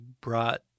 brought